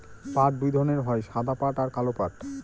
পাট দুই ধরনের হয় সাদা পাট আর কালো পাট